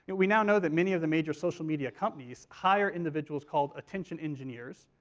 but we now know that many of the major social media companies hire individuals called attention engineers,